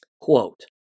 Quote